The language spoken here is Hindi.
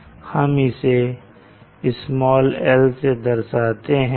और हम इसे "l" से दर्शाते हैं